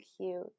cute